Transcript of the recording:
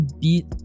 beat